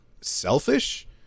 selfish